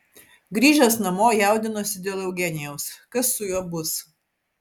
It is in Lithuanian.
grįžęs namo jaudinosi dėl eugenijaus kas su juo bus